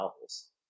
novels